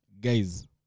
guys